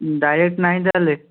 direct ନାହିଁ ତା'ହେଲେ